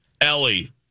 Ellie